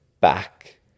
back